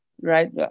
right